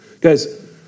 Guys